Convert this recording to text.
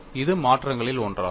இது மாற்றங்களில் ஒன்றாகும்